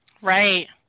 right